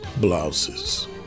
Blouses